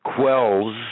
quells